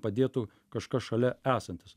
padėtų kažkas šalia esantis